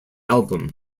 album